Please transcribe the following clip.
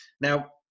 Now